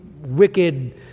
wicked